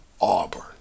Auburn